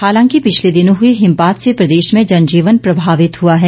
हालांकि पिछले दिनों हुए हिमपात से प्रदेश में जनजीवन प्रभावित हुआ है